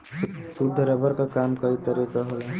शुद्ध रबर क काम कई तरे क होला